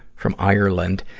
from ireland.